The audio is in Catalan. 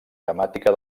temàtica